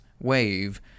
wave